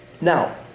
Now